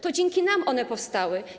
To dzięki nam one powstały.